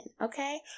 Okay